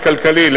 זה כלכלי.